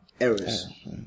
errors